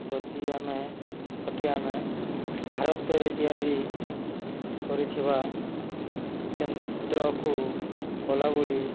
ଗଦି ଆମେ ଖଟି ଆମେ ଭାରତରେ ତିଆରି କରିଥିବା ଯନ୍ତ୍ରକୁ କଲା ବୋଲି